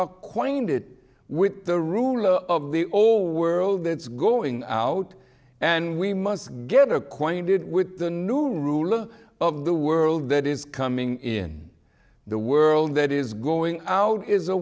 acquainted with the ruler of the all world it's going out and we must get acquainted with the new rule of the world that is coming in the world that is going out is a